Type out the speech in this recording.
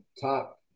top